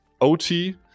OT